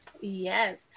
Yes